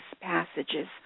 passages